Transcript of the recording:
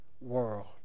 world